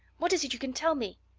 what is it you can tell me?